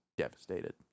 devastated